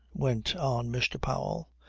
went on mr. powell.